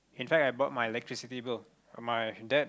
can try I brought my electricity bill my dad